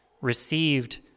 received